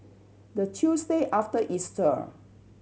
the Tuesday after Easter